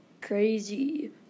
crazy